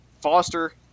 Foster